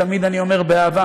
תמיד אני אומר: באהבה,